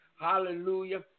hallelujah